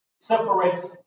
separates